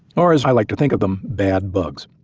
or as i like to think of them bad bugs.